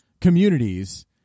communities